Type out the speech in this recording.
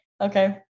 Okay